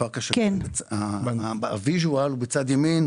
הפיקדונות בריבית קבועה עלה פי 2.66 בהשוואה לריבית משתנה